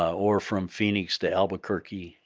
or from phoenix to albuquerque,